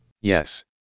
Yes